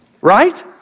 Right